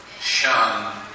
shun